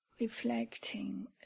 reflecting